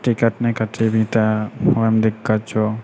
ticket नहि कटेबहि तऽ ओहिमे दिक्कत छौ